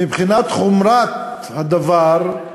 מבחינת חומרת הדבר,